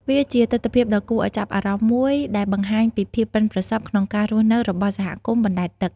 វាជាទិដ្ឋភាពដ៏គួរឱ្យចាប់អារម្មណ៍មួយដែលបង្ហាញពីភាពប៉ិនប្រសប់ក្នុងការរស់នៅរបស់សហគមន៍បណ្តែតទឹក។